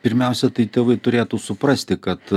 pirmiausia tai tėvai turėtų suprasti kad